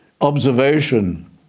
observation